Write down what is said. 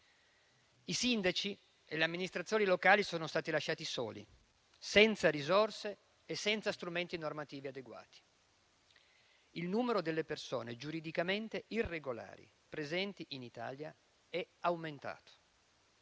I sindaci e le amministrazioni locali sono stati lasciati soli, senza risorse e senza strumenti normativi adeguati. Il numero delle persone giuridicamente irregolari presenti in Italia è aumentato.